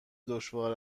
دشوار